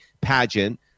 pageant